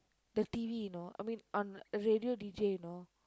the T_V you know I mean on radio D_J you know